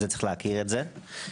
יש להכיר את זה.